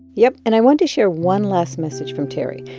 yep. and i want to share one last message from terry.